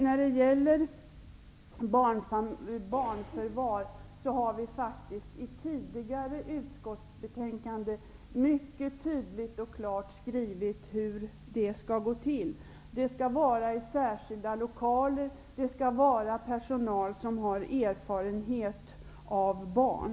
När det gäller barnförvar har vårt parti i tidigare utskottsbetänkanden mycket tydligt och klart beskrivit hur det skall gå till. Förvar skall äga rum i särskilda lokaler med personal som har erfarenhet av barn.